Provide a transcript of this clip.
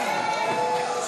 ההתייעלות